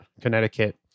Connecticut